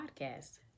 podcast